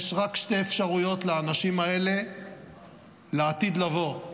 יש רק שתי אפשרויות לאנשים האלה לעתיד לבוא: